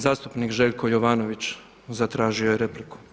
Zastupnik Željko Jovanović zatražio je repliku.